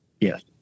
Yes